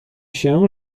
się